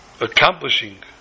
accomplishing